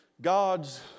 God's